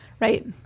Right